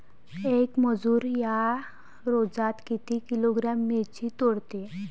येक मजूर या रोजात किती किलोग्रॅम मिरची तोडते?